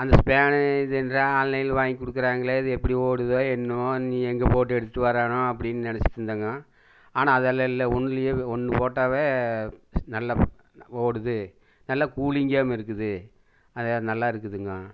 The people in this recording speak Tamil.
அந்த ஃபேன் இது என்டா ஆன்லைனில் வாங்கி கொடுக்குறாங்களே இது எப்படி ஓடுதோ என்னமோ இனி எங்கே போட்டு எடுத்துகிட்டு வரானோ அப்படினு நினைச்சிட்டு இருந்தேங்கோ ஆனால் அதெல்லாம் இல்லை ஒன்றுலயே ஒன்று போட்டாவே நல்லா ஓடுது நல்லா கூலிங்காகவும் இருக்குது அதே நல்லாயிருக்குதுங்க